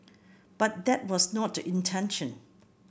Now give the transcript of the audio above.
but that was not the intention